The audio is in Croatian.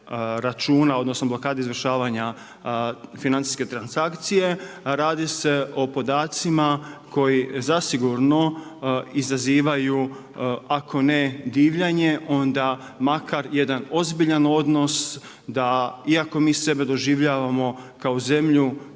odnosno blokade izvršavanja financijske transakcije. Radi se o podacima koji zasigurno izazivaju ako ne divljanje onda makar jedan ozbiljan odnos da iako mi sebe doživljavamo kao zemlju